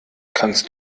kannst